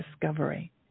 discovery